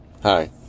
hi